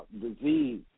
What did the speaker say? disease